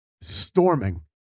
storming